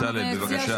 בצלאל, בבקשה.